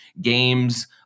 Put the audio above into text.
games